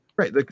Right